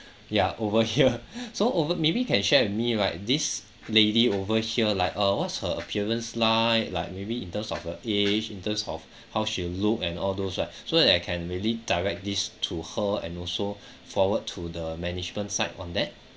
yeah over here so over maybe can share with me right this lady over here like uh what's her appearance like like maybe in terms of her age in terms of how she look and all those right so that I can really direct this to her and also forward to the management side on that